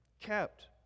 Kept